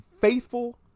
faithful